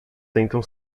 sentam